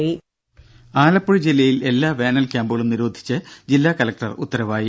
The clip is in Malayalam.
രുമ ആലപ്പുഴ ജില്ലയിൽ എല്ലാ വേനൽ ക്യാമ്പുകളും നിരോധിച്ച് ജില്ലാ കലക്ടർ ഉത്തരവായി